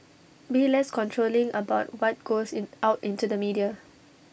be less controlling about what goes in out into the media